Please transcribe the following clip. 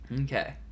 Okay